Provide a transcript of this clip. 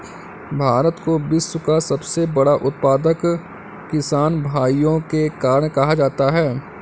भारत को विश्व का सबसे बड़ा उत्पादक किसान भाइयों के कारण कहा जाता है